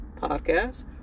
podcast